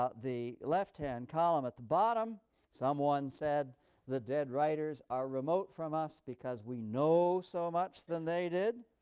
ah the left-hand column at the bottom someone said the dead writers are remote from us because we know so much than they did.